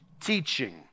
teaching